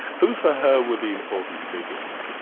who for her were the important figures?